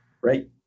right